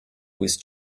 with